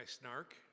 snark